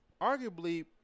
arguably